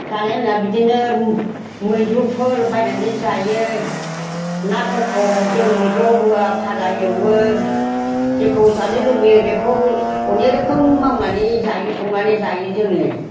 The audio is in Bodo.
जानाय लोंनाया बिदिनो मैद्रुफोर बायनानै जायो नाफोरखौ जों मैद्रुआव होआ फाजा एवो जेखौ जानो लुबैयो बेखौ अनेख रोखोम मावनानै जायो संनानै जायो जोङो